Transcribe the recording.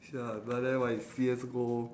ya but then right C_S-go